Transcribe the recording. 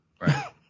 Right